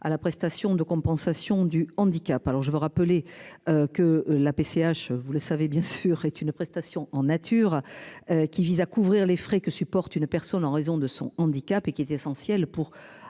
à la prestation de compensation du handicap. Alors je veux rappeler que la PCH, vous le savez bien sûr est une prestation en nature. Qui vise à couvrir les frais que supportent une personne en raison de son handicap et qui est essentiel pour